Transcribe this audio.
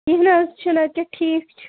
کیٚنٛہہ نہٕ حظ چھُنہٕ اَدٕ کیٛاہ ٹھیٖک چھُ